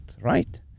right